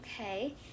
okay